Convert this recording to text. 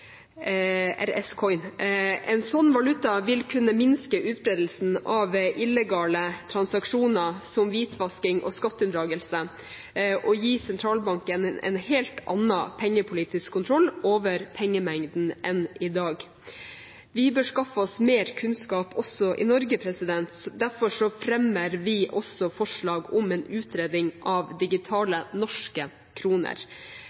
En sånn valuta vil kunne minske utbredelsen av illegale transaksjoner, som hvitvasking og skatteunndragelse, og gi sentralbanken en helt annen pengepolitisk kontroll over pengemengden enn i dag. Vi bør skaffe oss mer kunnskap også i Norge, derfor fremmer vi forslag om en utredning av digitale norske kroner.